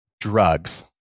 drugs